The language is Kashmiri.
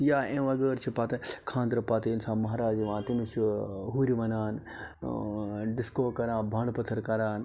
یا امہِ وَغٲر چھِ پتہٕ خانٛدرٕ پَتہٕ ییٚلہِ مَہراز یِوان تٔمِس چھُ ہُرۍ وَنان ڈِسکو کَران بانڈٕ پٲتھٕر کَران